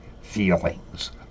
feelings